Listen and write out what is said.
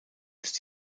ist